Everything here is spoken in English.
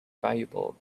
valuable